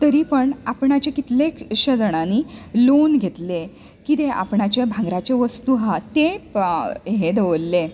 तरी पण आपणाचे कितलेशे जाणांनी लोन घेतले किदें आपणाचे भांगराचे वस्तू आह तें हे दवरले